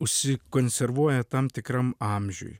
užsikonservuoja tam tikram amžiuj